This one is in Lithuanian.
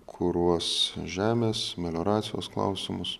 kuruos žemės melioracijos klausimus